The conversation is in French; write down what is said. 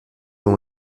ont